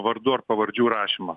vardų ar pavardžių rašymą